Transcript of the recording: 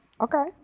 Okay